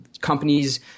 companies –